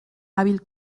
hábil